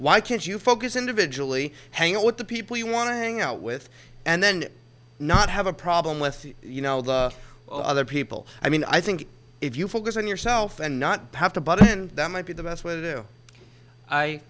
why can't you focus individually hang out with the people you want to hang out with and then not have a problem with you know the other people i mean i think if you focus on yourself and not passed a budget that might be the best way to do i